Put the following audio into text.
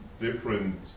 different